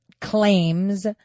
claims